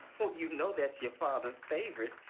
oh, you know that's your father's favorite.